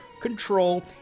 control